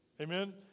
Amen